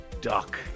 Duck